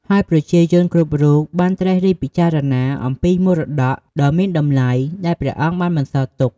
ហើយប្រជាជនគ្រប់រូបបានត្រិះរិះពិចារណាអំពីមរតកដ៏មានតម្លៃដែលព្រះអង្គបានបន្សល់ទុក។